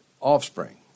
offspring